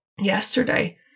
yesterday